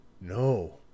No